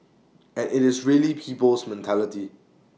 and IT is really people's mentality